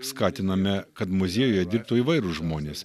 skatiname kad muziejuje dirbtų įvairūs žmonės